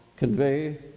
Convey